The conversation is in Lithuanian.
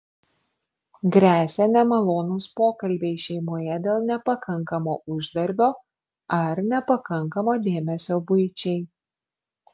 gresia nemalonūs pokalbiai šeimoje dėl nepakankamo uždarbio ar nepakankamo dėmesio buičiai